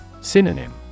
Synonym